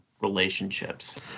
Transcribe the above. relationships